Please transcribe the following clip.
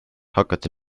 hakati